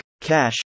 cache